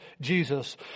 Jesus